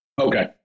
Okay